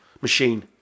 Machine